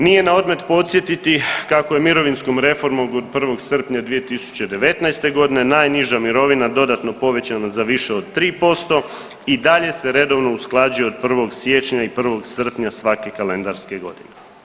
Nije na odmet podsjetiti kako je mirovinskom reformom od 1. srpnja 2019.g. najniža mirovina dodatno povećana za više od 3% i dalje se redovno usklađuje od 1. siječnja i 1. srpnja svake kalendarske godine.